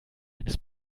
eines